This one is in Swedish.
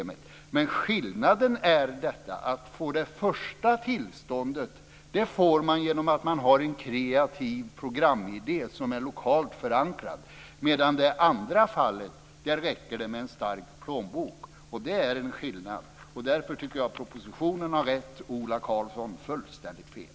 Men skillnaden är att man får det första tillståndet genom att man har en kreativ programidé som är lokalt förankrad medan det i det andra fallet räcker med en stark plånbok. Det är en skillnad, och därför tycker jag att propositionen har rätt och Ola Karlsson fullständigt fel.